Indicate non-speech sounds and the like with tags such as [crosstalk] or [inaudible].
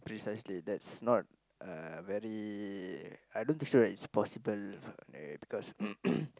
precisely that's not uh very I don't think so it's possible because [noise]